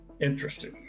interesting